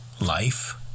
life